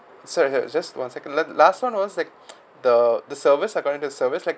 sorry sorry just one second let last [one] was like the the service are going into service like